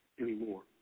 anymore